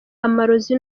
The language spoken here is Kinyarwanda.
amarozi